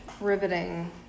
Riveting